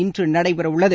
இன்று நடைபெற உள்ளது